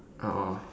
oh oh oh